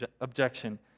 objection